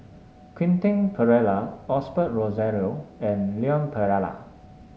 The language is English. Quentin Pereira Osbert Rozario and Leon Perera